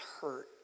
hurt